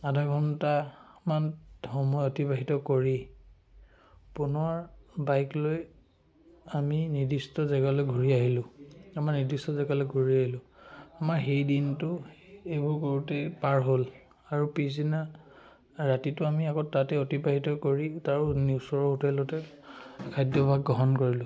আধা ঘণ্টামান সময় অতিবাহিত কৰি পুনৰ বাইক লৈ আমি নিৰ্দিষ্ট জেগালৈ ঘূৰি আহিলোঁ আমাৰ নিৰ্দিষ্ট জেগালৈ ঘূৰি আহিলোঁ আমাৰ সেই দিনটো এইবোৰ কৰোঁতেই পাৰ হ'ল আৰু পিছদিনা ৰাতিটো আমি আকৌ তাতে অতিবাহিত কৰি তাৰ নি ওচৰৰ হোটেলতে খাদ্যভাৰ গ্ৰহণ কৰিলোঁ